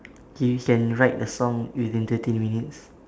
he can write the song within thirty minutes